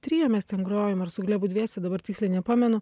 trio mes ten grojom ar su glebu dviese dabar tiksliai nepamenu